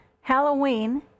Halloween